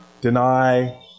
deny